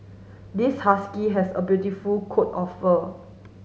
this husky has a beautiful coat of fur